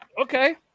Okay